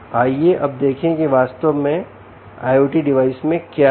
आइए अब देखें कि वास्तव में IoT डिवाइस में क्या है